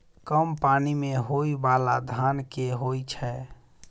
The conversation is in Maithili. कम पानि मे होइ बाला धान केँ होइ छैय?